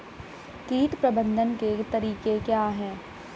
कीट प्रबंधन के तरीके क्या हैं?